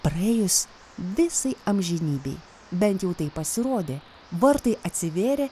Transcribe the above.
praėjus visai amžinybei bent jau taip pasirodė vartai atsivėrė